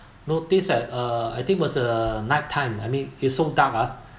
notice at uh I think was a night time I mean he's so dark ah